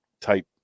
type